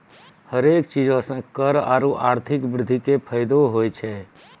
हरेक चीजो से कर आरु आर्थिक वृद्धि के फायदो होय छै